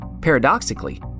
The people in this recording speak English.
Paradoxically